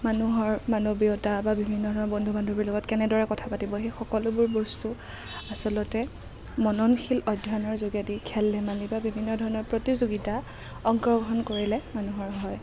মানুহৰ মানৱীয়তা বা বিভিন্ন ধৰণৰ বন্ধু বান্ধৱীৰ লগত কেনেদৰে কথা পাতিব সেই সকলোবোৰ বস্তু আচলতে মননশীল অধ্য়য়নৰ যোগেদি খেল ধেমালি বা বিভিন্ন ধৰণৰ প্ৰতিযোগিতা অংশগ্ৰহণ কৰিলে মানুহৰ হয়